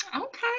okay